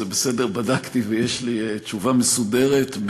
זה בסדר, בדקתי, ויש לי תשובה מסודרת.